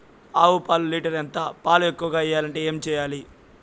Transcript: ఆవు పాలు లీటర్ ఎంత? పాలు ఎక్కువగా ఇయ్యాలంటే ఏం చేయాలి?